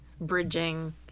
bridging